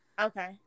Okay